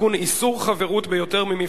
איסור תשלום והפסד הטבה בשל ביטול הסכם למתן שידורי